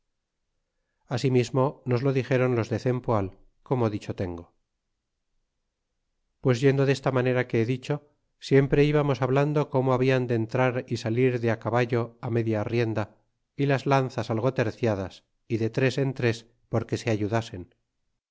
asimismo nos lo dixéron los de cempoal como dicho tengo pues yendo desta manera que he dicho siempre ibamos hablando como habian de entrar y salir de caballo media rienda y las lanzas algo terciadas y de tres en tres porque se ayudasen